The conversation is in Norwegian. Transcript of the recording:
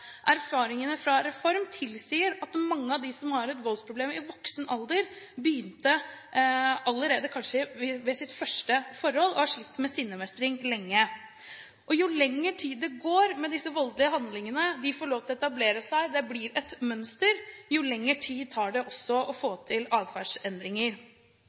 Erfaringene fra Reform tilsier at mange av dem som har et voldsproblem i voksen alder, begynte kanskje allerede i sitt første forhold og har slitt med sinnemestring lenge. Jo lengre tid det går med disse voldelige handlingene, og de får lov til å etablere seg og blir et mønster, jo lengre tid tar det også å